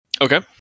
Okay